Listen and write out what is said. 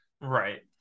Right